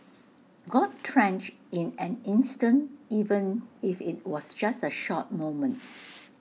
got drenched in an instant even if IT was just A short moment